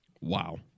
Wow